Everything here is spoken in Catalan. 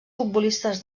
futbolistes